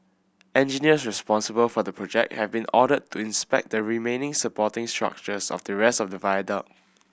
engineers responsible for the project have been ordered to inspect the remaining supporting structures of the rest of the viaduct